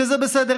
וזה בסדר,